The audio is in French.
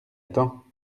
temps